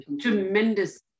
tremendous